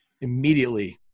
immediately –